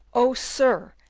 oh, sir!